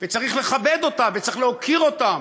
וצריך לכבד אותם, וצריך להוקיר אותם,